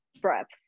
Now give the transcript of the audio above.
breaths